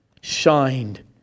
shined